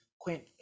Quint